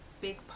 big